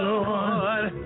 Lord